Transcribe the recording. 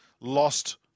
lost